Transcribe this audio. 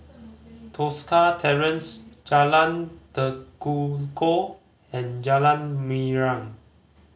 Tosca Terrace Jalan Tekukor and Jalan Mariam